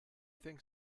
think